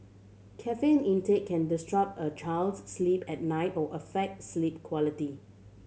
caffeine intake can disrupt a child's sleep at night or affect sleep quality